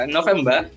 November